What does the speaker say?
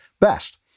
best